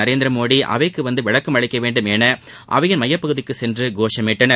நரேந்திரமோடி அவைக்கு வந்து விளக்கம் அளிக்க வேண்டும் என அவையின் மையப்பகுதிக்கு சென்று கோஷமிட்டனர்